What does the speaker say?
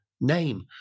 name